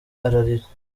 ararira